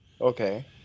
Okay